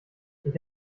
ich